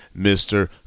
Mr